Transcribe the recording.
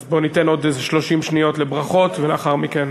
אז בוא ניתן עוד איזה 30 שניות לברכות, ולאחר מכן